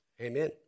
Amen